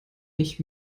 nicht